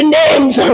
names